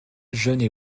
jeunes